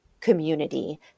community